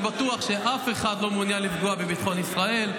אני בטוח שאף אחד לא מעוניין לפגוע בביטחון ישראל,